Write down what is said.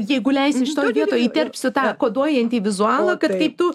jeigu leisi šitoj vietoj įterpsiu tą koduojantį vizualą kaip tu